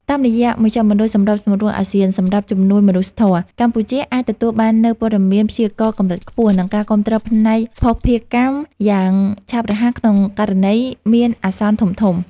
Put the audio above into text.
តាមរយៈមជ្ឈមណ្ឌលសម្របសម្រួលអាស៊ានសម្រាប់ជំនួយមនុស្សធម៌ កម្ពុជាអាចទទួលបាននូវព័ត៌មានព្យាករណ៍កម្រិតខ្ពស់ និងការគាំទ្រផ្នែកភស្តុភារកម្មយ៉ាងឆាប់រហ័សក្នុងករណីមានអាសន្នធំៗ។